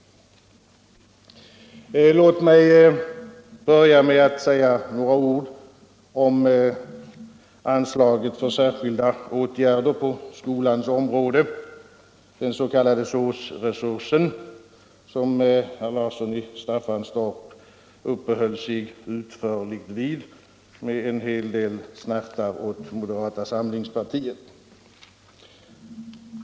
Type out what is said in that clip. Låt mig säga några ord om anslaget för särskilda åtgärder på skolans område, den s.k. SÅS-resursen, som herr Larsson i Staffanstorp uppehöll sig utförligt vid med en hel del snärtar åt moderata samlingspartiet.